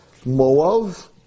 Moav